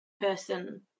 person